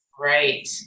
Right